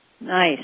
Nice